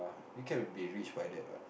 you can be rich by that what